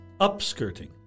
Upskirting